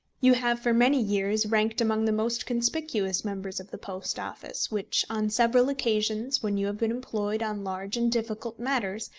you have for many years ranked among the most conspicuous members of the post office, which, on several occasions when you have been employed on large and difficult matters,